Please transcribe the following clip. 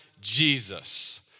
Jesus